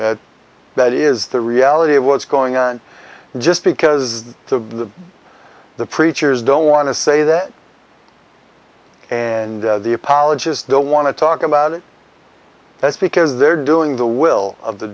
that is the reality of what's going on just because to the preachers don't want to say that and the apologist don't want to talk about it that's because they're doing the will of the